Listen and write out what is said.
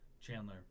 Chandler